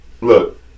Look